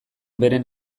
beren